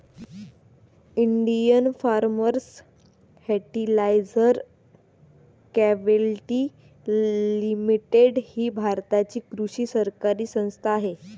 Indian farmers fertiliser quality limited ही भारताची कृषी सहकारी संस्था आहे